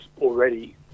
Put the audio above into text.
already